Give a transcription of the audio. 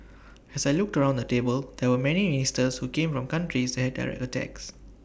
as I looked around the table there were many ministers who came from countries that direct attacks